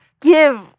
give